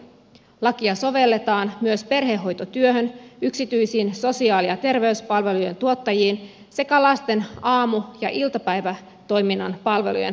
lakia sovelletaan myös perhehoitotyöhön yksityisiin sosiaali ja terveyspalvelujen tuottajiin sekä lasten aamu ja iltapäivätoiminnan palvelujen hankkimiseen